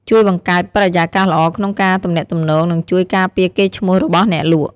ជួយបង្កើតបរិយាកាសល្អក្នុងការទំនាក់ទំនង និងជួយការពារកេរ្តិ៍ឈ្មោះរបស់អ្នកលក់។